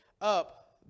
up